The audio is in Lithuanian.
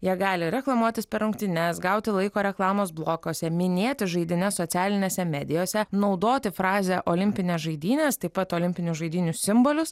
jie gali reklamuotis per rungtynes gauti laiko reklamos blokuose minėti žaidynes socialinėse medijose naudoti frazę olimpinės žaidynės taip pat olimpinių žaidynių simbolius